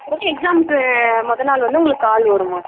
உங்களுக்கு எக்ஸாம்க்கு மொதல் நாள் வந்து உங்களுக்கு கால் வரும்மா